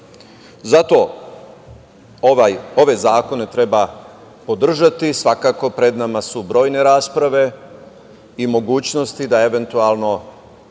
Zato ove zakone treba podržati. Svakako, pred nama su brojne rasprave i mogućnosti da eventualno